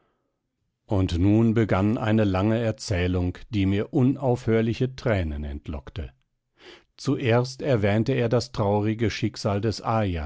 und nun begann er eine lange erzählung die mir unaufhörliche thränen entlockte zuerst erwähnte er das traurige schicksal des